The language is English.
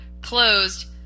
closed